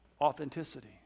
authenticity